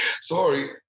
Sorry